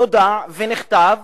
נודע ונכתב